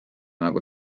nagu